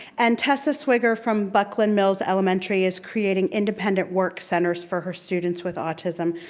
and tessa swigger from buckland mills elementary is creating independent work centers for her students with autism.